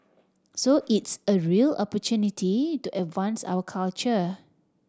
so it's a real opportunity to advance our culture